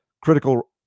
critical